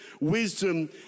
wisdom